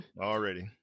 Already